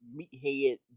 meathead